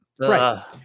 Right